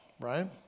right